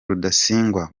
rudasingwa